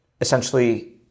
essentially